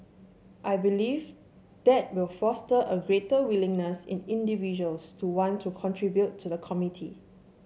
I believe that will foster a greater willingness in individuals to want to contribute to the community